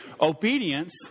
Obedience